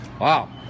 Wow